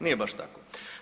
Nije baš tako.